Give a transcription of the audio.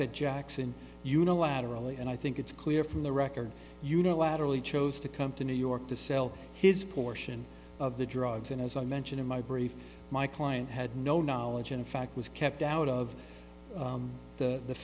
that jackson unilaterally and i think it's clear from the record unilaterally chose to come to new york to sell his portion of the drugs and as i mentioned in my brief my client had no knowledge in fact was kept out of the